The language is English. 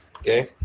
Okay